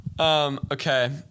Okay